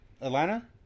atlanta